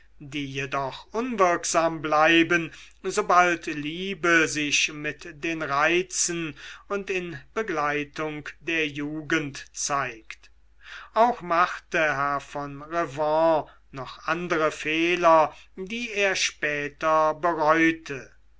die jedoch unwirksam bleiben sobald liebe sich mit den reizen und in begleitung der jugend zeigt auch machte herr von revanne noch andere fehler die er später bereute